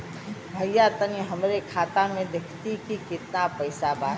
भईया तनि हमरे खाता में देखती की कितना पइसा बा?